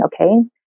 okay